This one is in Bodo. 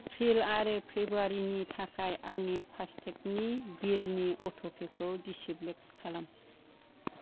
एप्रिल आरो फेब्रुवारि नि थाखाय आंनि फास्टेगनि बिलनि अट'पेखौ दिसेब्लेद खालाम